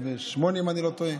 אם אני לא טועה,